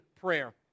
prayer